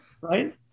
Right